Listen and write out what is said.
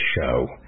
show